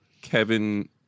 Kevin